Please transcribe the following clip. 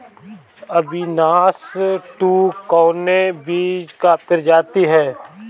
अविनाश टू कवने बीज क प्रजाति ह?